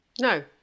No